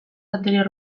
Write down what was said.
anterior